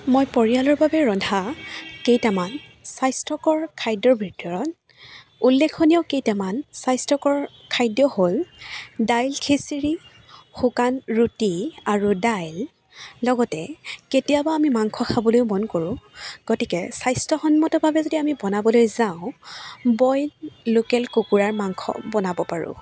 মই পৰিয়ালৰ বাবে ৰন্ধা কেইটামান স্বাস্থ্যকৰ খাদ্যৰ ভিতৰত উল্লেখনীয় কেইটামান স্বাস্থ্যকৰ খাদ্য হ'ল দাইল খিচিৰি শুকান ৰুটী আৰু দাইল লগতে কেতিয়াবা আমি মাংস খাবলৈও মন কৰোঁ গতিকে স্বাস্থ্যসন্মতভাৱে যদি আমি বনাবলৈ যাওঁ বইল লোকেল কুকুৰাৰ মাংস বনাব পাৰোঁ